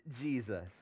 Jesus